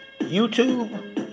YouTube